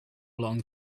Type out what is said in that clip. long